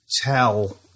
tell